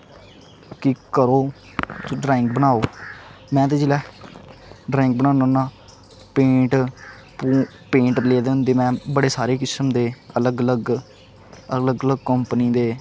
कि करो तुस ड्रांइग बनाओ मैहनत जिसलै ड्रांइग बनाना होन्ना पेंट पेंट लेदे होंदे में बड़े सारे किसम दे अलग अलग अलग अलग कम्पनी दे